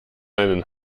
einen